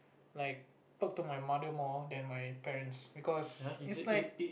like talk to my mother more than my parents because it's like